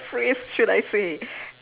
phrase should I say